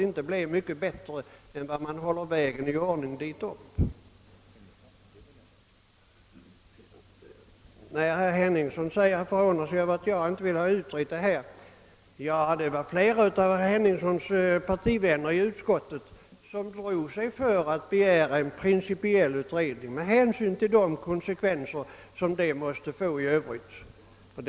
Herr Henningsson säger, att det inte finns någon anledning för mig att vara rädd för att denna fråga utredes. Flera av herr Henningssons partivänner i utskottet drog sig emellertid för att begära en principiell utredning med hänsyn till de konsekvenser som detta i övrigt skulle få.